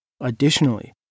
Additionally